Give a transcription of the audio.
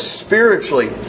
spiritually